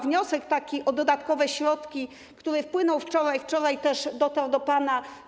Wniosek o dodatkowe środki, który wpłynął wczoraj, wczoraj też dotarł do pana.